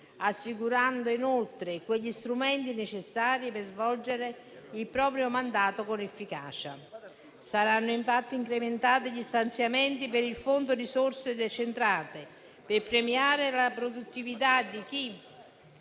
assicurando inoltre quegli strumenti necessari per svolgere il proprio mandato con efficacia. Saranno infatti incrementati gli stanziamenti per il fondo risorse decentrate per premiare la produttività di chi,